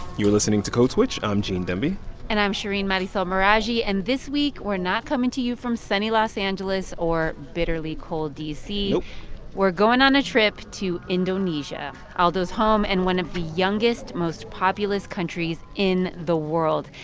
you're listening to code switch. i'm gene demby and i'm shereen marisol meraji. and this week, we're not coming to you from sunny los angeles or bitterly cold d c nope we're going on a trip to indonesia, ah alldo's home and one of the youngest, most populous countries in the world.